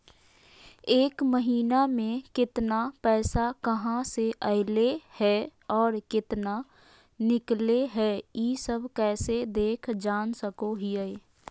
एक महीना में केतना पैसा कहा से अयले है और केतना निकले हैं, ई सब कैसे देख जान सको हियय?